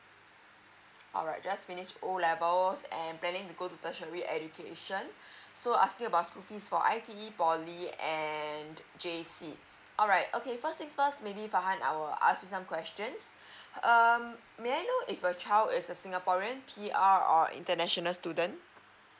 alright just finished O levels and planning to go to tertiary education so asking about school fees for I_T_E poly and J_C alright okay first things first maybe farhan I'll ask you some questions um may I know if a child is a singaporean P_R or international student